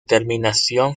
terminación